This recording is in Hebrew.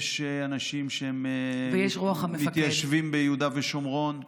יש אנשים שהם מתיישבים ביהודה ושומרון,